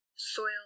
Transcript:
Soil